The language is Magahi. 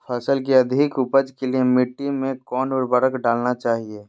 फसल के अधिक उपज के लिए मिट्टी मे कौन उर्वरक डलना चाइए?